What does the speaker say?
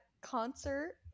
concert